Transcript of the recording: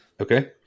Okay